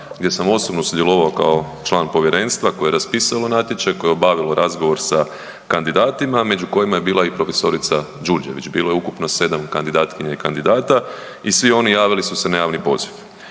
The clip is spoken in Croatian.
gdje sam osobno sudjelovao kao član povjerenstva koje je raspisalo natječaj, koje je obavilo razgovor sa kandidatima među kojima je bila i prof. Đurđević. Bilo je ukupno 7 kandidatkinja i kandidata i svi oni javili su se na javni poziv.